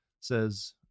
says